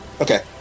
Okay